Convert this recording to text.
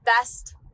best